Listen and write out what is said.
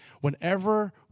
Whenever